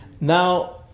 Now